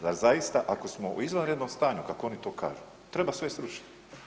Da zaista ako smo u izvanrednom stanju, kako oni to kažu, treba sve srušiti.